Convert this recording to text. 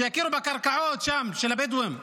שיכירו בקרקעות של הבדואים שם.